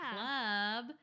Club